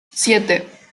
siete